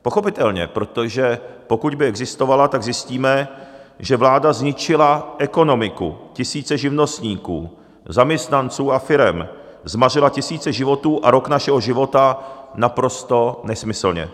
Pochopitelně, protože pokud by existovala, tak zjistíme, že vláda zničila ekonomiku, tisíce živnostníků, zaměstnanců a firem, zmařila tisíce životů a rok našeho života naprosto nesmyslně.